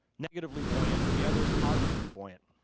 negatively buoyant and the other is positively buoyant.